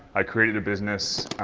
i created a business,